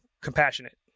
compassionate